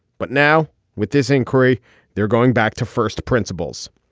but now with this inquiry they're going back to first principles